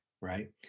right